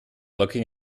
looking